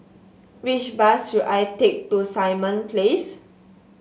which bus should I take to Simon Place